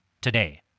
today